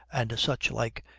and such like,